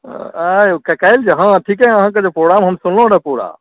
आइ काल्हि जे हँ ठीके अहाँकेँ तऽ प्रोग्राम हम सुनेलहुँ रऽ पूरा